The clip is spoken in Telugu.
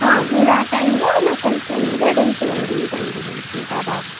మీరు ఆ టైంలో నాకు కొంచెం గైడెన్స్ ఇవ్వండి దాని గురించి ఇంకా బాగా